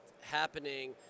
happening